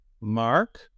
Mark